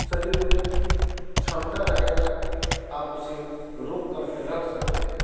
शरीर में क्षमता रहेगी आप उसे रोक कर के रख सकते हैं